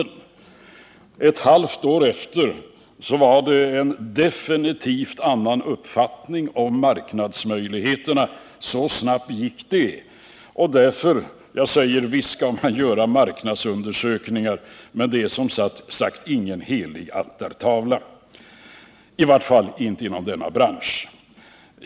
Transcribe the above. Ett halvt år därefter var det definitivt en annan uppfattning om marknadsmöjligheterna. Så snabbt ändrade det sig. Därför säger jag: Visst skall man göra marknadsundersökningar, men det är ingen helig altartavla — i vart fall inte för denna bransch.